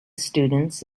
students